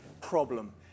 problem